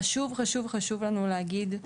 חשוב מאוד לנו להגיד,